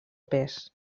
pes